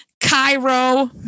Cairo